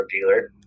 dealer